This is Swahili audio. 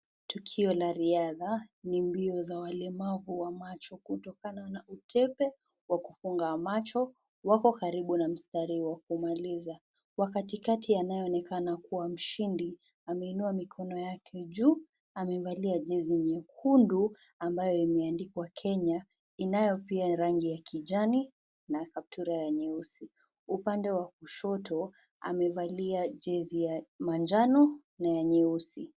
Tukio la riadha. Ni mbio za walemavu wa macho kutokana na utepe wa kufunga macho, wako karibu na mstari wa kumaliza. Wa katikati anayeonekana kuwa mshindi ameinua mikono yake juu. Amevalia jezi nyekundu ambayo imeandikwa Kenya inayo pia rangi ya kijani na kaptura ya nyeusi. Upande wa kushoto amevalia jezi ya manjano na ya nyeusi.